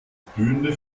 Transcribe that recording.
blühende